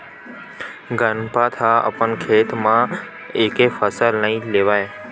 गनपत ह अपन खेत म एके फसल नइ लेवय